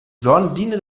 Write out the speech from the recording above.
blondine